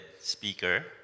speaker